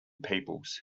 peoples